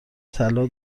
طلا